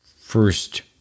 first